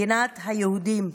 מדינת היהודים,